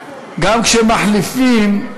גם כשמחליפים,